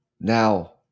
now